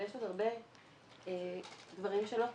יש עוד הרבה דברים שלא תוקצבו,